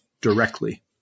directly